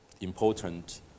important